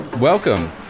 Welcome